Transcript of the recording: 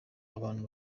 abantu